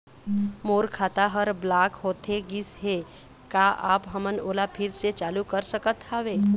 मोर खाता हर ब्लॉक होथे गिस हे, का आप हमन ओला फिर से चालू कर सकत हावे?